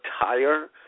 tire